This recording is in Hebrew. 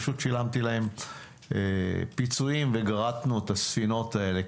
פשוט שילמתי להם פיצויים וגרטנו את הספינות האלה.